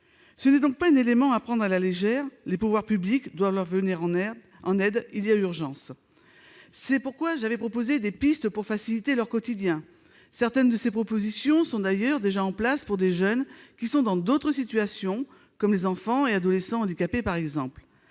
Ce n'est donc pas un élément à prendre à la légère. Les pouvoirs publics doivent leur venir en aide, il y a urgence ! C'est pourquoi j'avais proposé des pistes pour faciliter leur quotidien. Certaines de ces mesures sont d'ailleurs déjà en place pour des jeunes qui sont dans d'autres situations, par exemple les enfants et adolescents handicapés.